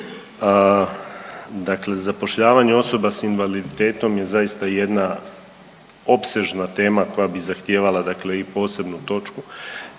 Dakle, zapošljavanje osoba s invaliditetom je zaista jedna opsežna tema koja bi zahtijevala dakle i posebnu točku.